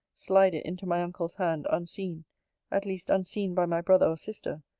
slide it into my uncle's hand, unseen at least unseen by my brother or sister,